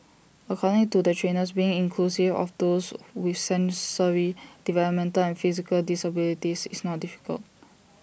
according to the trainers being inclusive of those with sensory developmental and physical disabilities is not difficult